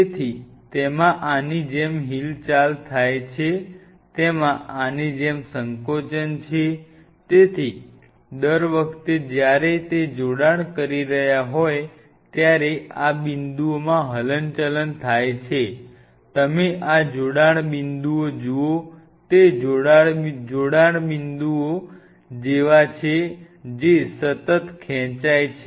તેથી તેમાં આની જેમ હિલચાલ છે તેમાં આની જેમ સંકોચન છે તેથી દર વખતે જ્યારે તે જોડાણ કરી રહ્યા હોય ત્યારે આ બિંદુઓમાં હલનચલન થાય છે તમે આ જોડાણ બિંદુઓ જુઓ તે જોડાણ બિંદુઓ જેવા છે જે સતત ખેંચાય છે